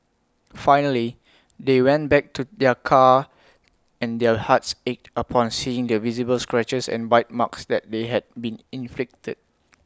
finally they went back to their car and their hearts ached upon seeing the visible scratches and bite marks that they had been inflicted